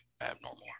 abnormal